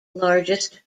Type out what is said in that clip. largest